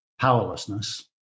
powerlessness